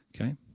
okay